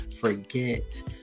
forget